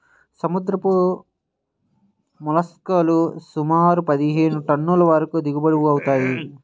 సముద్రపు మోల్లస్క్ లు సుమారు పదిహేను టన్నుల వరకు దిగుబడి అవుతాయి